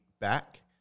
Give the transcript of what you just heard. back